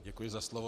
Děkuji za slovo.